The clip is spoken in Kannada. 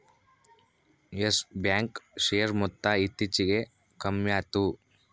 ಯಸ್ ಬ್ಯಾಂಕ್ ಶೇರ್ ಮೊತ್ತ ಇತ್ತೀಚಿಗೆ ಕಮ್ಮ್ಯಾತು